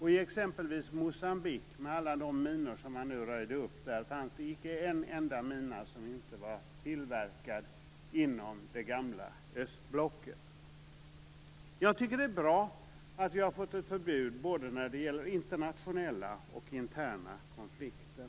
I exempelvis Moçambique fanns bland alla de minor man nu röjt upp inte en enda mina som inte var tillverkad inom det gamla östblocket. Det är bra att vi fått ett förbud både när det gäller internationella och interna konflikter.